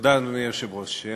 אדוני היושב-ראש,